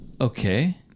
Okay